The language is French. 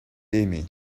aimé